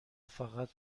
فقط